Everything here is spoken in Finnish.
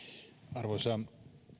arvoisa